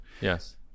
yes